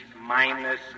minus